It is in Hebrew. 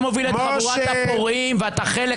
אני לא חושב שהוא פועל מתוך אינטרס איך אומרים?